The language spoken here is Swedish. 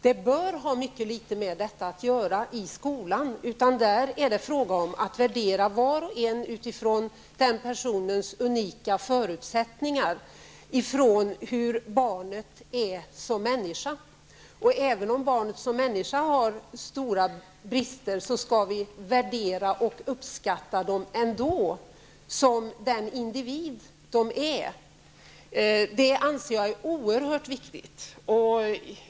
Det bör ha mycket litet med detta att göra i skolan. Där är det fråga om att värdera var och en utifrån ens unika förutsättningar, utifrån hur barnet är som människa. Även om barnet som människa kan ha stora brister, skall vi värdera och uppskatta det ändå som den individ barnet är. Det anser jag oerhört viktigt.